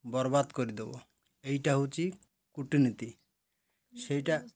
ବର୍ବାଦ କରିଦେବ ଏଇଟା ହେଉଛି କୁଟନୀତି ସେଇଟା